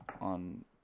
on